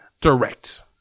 direct